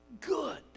good